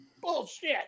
Bullshit